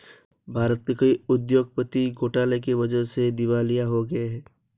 भारत के कई उद्योगपति घोटाले की वजह से दिवालिया हो गए हैं